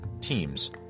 teams